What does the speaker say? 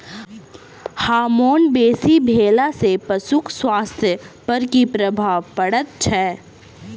Hormone बेसी भेला सॅ पशुक स्वास्थ्य पर की प्रभाव पड़ैत छै?